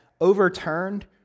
overturned